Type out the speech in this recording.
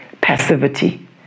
Passivity